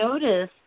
notice